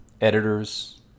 editors